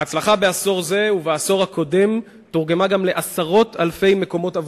ההצלחה בעשור זה ובעשור הקודם תורגמה גם לעשרות אלפי מקומות עבודה,